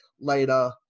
later